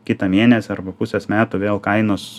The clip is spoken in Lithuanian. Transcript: kitą mėnesį arba pusės metų vėl kainos